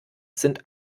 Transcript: sind